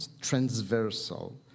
transversal